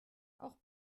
auch